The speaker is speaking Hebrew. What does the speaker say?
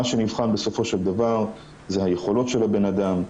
מה שנבחן בסופו של דבר זה היכולות של הבן אדם,